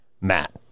matt